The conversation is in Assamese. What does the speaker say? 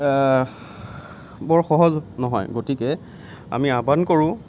বৰ সহজ নহয় গতিকে আমি আহ্বান কৰোঁ